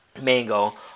mango